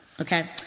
Okay